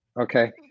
Okay